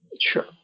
Sure